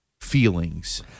feelings